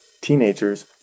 teenagers